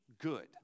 good